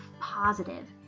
positive